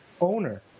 owner